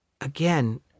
again